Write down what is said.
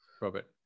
Robert